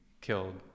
killed